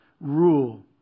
rule